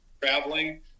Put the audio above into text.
Traveling